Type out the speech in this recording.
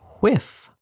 whiff